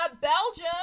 Belgium